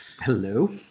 Hello